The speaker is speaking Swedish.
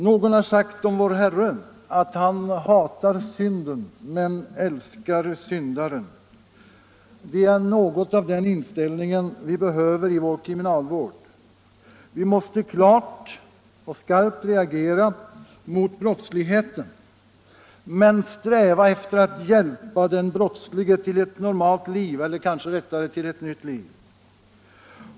Någon har sagt om vår Herre att han hatar synden men älskar syndaren. Det är något av den inställningen vi behöver i vår kriminalvård. Vi måste klart och skarpt reagera. mot brottsligheten men sträva efter att hjälpa den brottslige till ett normalt liv — eller kanske rättare till ett nytt liv.